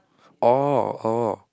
orh orh